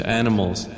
animals